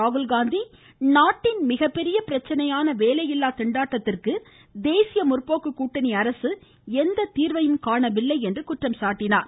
ராகுல்காந்தி நாட்டின் மிகப்பெரிய பிரச்சனையான வேலையில்லா திண்டாட்டத்திற்கு தேசிய முற்போக்கு கூட்டணி அரசு எந்த தீர்வையும் காணவில்லை என்று குற்றம் சாட்டினார்